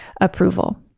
approval